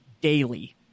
daily